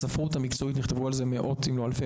בספרות המקצועית נכתבו מאות אם לא אלפי